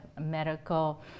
medical